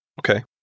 Okay